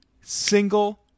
single